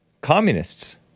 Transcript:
communists